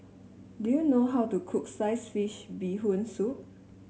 do you know how to cook Sliced Fish Bee Hoon Soup